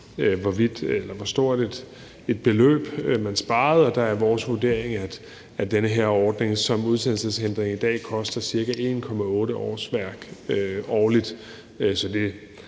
hvor stort et beløb man sparede. Der er vores vurdering, at den her ordning med udsendelseshindringen i dag koster ca. 1,8 årsværk årligt.